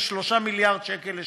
זה 3 מיליארד שקל לשנה,